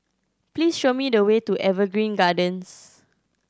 please show me the way to Evergreen Gardens